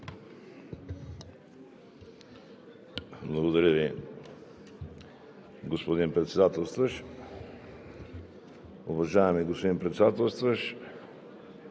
Благодаря Ви, господин Председател. Уважаеми господин Председател,